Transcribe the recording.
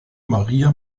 maria